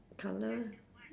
colour